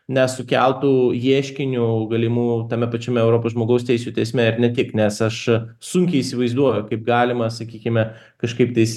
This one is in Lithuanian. nesukeltų ieškinių galimų tame pačiame europos žmogaus teisių teisme ir ne tik nes aš sunkiai įsivaizduoju kaip galima sakykime kažkaip tais